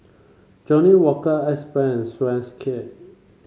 Johnnie Walker Axe Brand